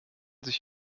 sich